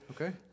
Okay